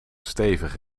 stevig